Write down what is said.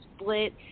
split –